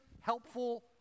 helpful